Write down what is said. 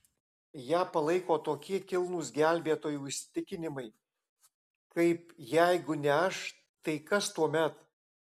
ją palaiko tokie kilnūs gelbėtojų įsitikinimai kaip jeigu ne aš tai kas tuomet